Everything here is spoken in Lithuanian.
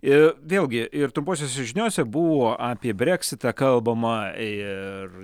i vėlgi ir trumposiose žiniose buvo apie breksitą kalbama ir